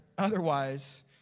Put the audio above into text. Otherwise